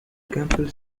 campbell